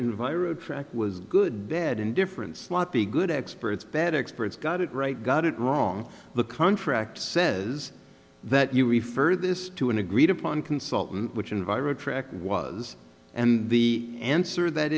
environ crack was good bad indifferent sloppy good experts bad experts got it right got it wrong the contract says that you referred this to an agreed upon consultant which environed track was and the answer that